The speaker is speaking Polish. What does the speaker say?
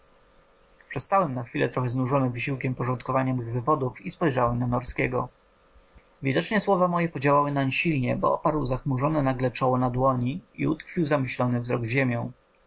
przestałem na chwilę trochę znużony wysiłkiem porządkowania mych wywodów i spojrzałem na norskiego widocznie słowa moje podziałały nań silnie bo oparł zachmurzone nagle czoło na dłoni i utkwił zamyślony wzrok w ziemię